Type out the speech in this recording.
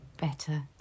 better